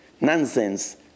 nonsense